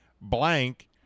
blank